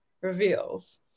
reveals